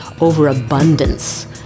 overabundance